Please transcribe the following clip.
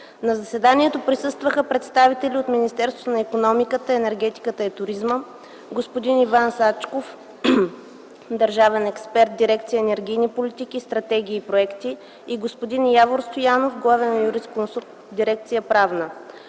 На заседанието присъстваха представители от Министерството на икономиката, енергетиката и туризма: господин Иван Сачков – държавен експерт в Дирекция „Енергийни политики, стратегии и проекти”, и господин Явор Стоянов – главен юрисконсулт в Дирекция „Правна”.